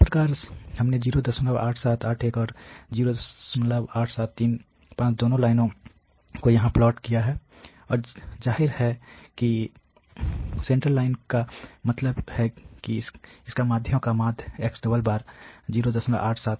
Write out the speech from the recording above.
इस प्रकार हमने 08781 और 08735 दोनों लाइनों को यहां प्लॉट किया है और जाहिर है कि सेंट्रल लाइन का मतलब है कि इसका माध्ययों के माध्य x̿ 08758 है